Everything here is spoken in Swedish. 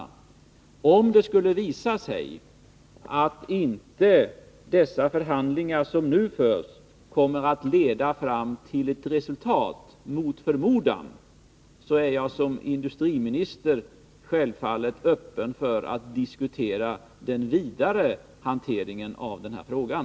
Om det, mot förmodan, skulle visa sig att de förhandlingar som nu förs inte leder till ett resultat, är jag öppen för att diskutera den vidare hanteringen av frågan.